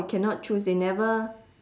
cannot choose they never